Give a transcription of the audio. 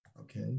okay